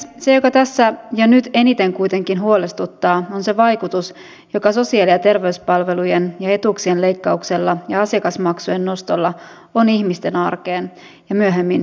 se mikä tässä ja nyt kuitenkin eniten huolestuttaa on se vaikutus joka sosiaali ja terveyspalvelujen ja etuuksien leikkauksella ja asiakasmaksujen nostolla on ihmisten arkeen ja myöhemmin myös tulevaisuuteemme